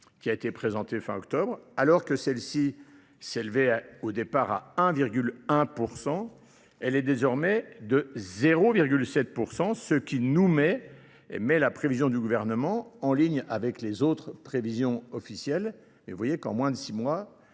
qui a été présenté fin octobre, alors que celle-ci s'est levée au départ à 1,1 %, elle est désormais de 0,7 %, ce qui met la prévision du gouvernement en ligne avec les autres prévisions officielles. Vous voyez qu'en moins de six mois,